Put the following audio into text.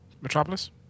Metropolis